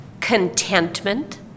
contentment